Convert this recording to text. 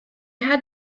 had